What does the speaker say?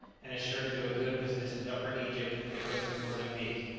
and is sure to do a good business with upper egypt and the coast of mozambique,